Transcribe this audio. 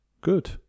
good